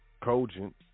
cogent